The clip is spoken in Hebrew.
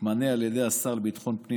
מתמנה על ידי השר לביטחון פנים,